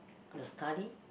the study